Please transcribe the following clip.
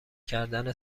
کردن